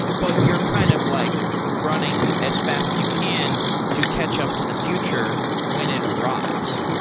but you're kind of like running as fast as you can to catch up to the future when it arrives.